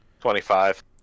Twenty-five